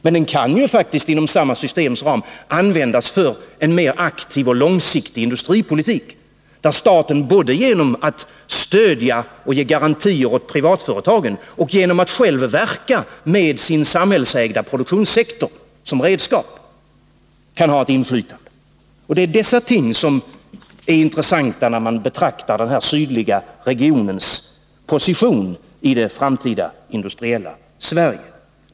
Men den rollen kan faktiskt, inom samma systems ram, användas för en mer aktiv och långsiktig industripolitik, där staten genom att dels stödja och ge garantier åt privata företag, dels själv verka med sin samhällsägda produktionssektor som redskap kan ha ett inflytande. Det är dessa ting som är intressanta, när man betraktar denna sydliga regions position i det framtida industriella Sverige.